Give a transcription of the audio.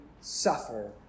suffer